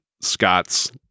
Scott's